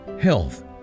health